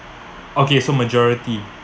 okay so majority